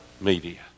media